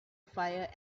fire